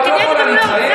את לא יכולה להתחייב,